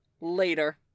later